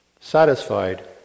satisfied